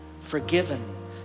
forgiven